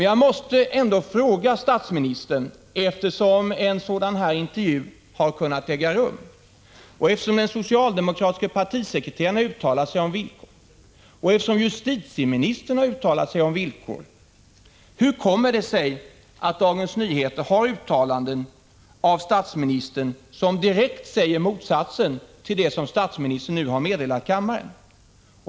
Jag måste ändå fråga statsministern, eftersom en sådan här intervju har kunnat äga rum, eftersom den socialdemokratiske partisekreteraren har uttalat sig om villkoren och eftersom justitieministern har uttalat sig om villkoren: Hur kommer det sig att Dagens Nyheter har uttalanden av statsministern som direkt säger motsatsen till vad statsministern nu har meddelat kammaren?